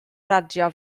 radio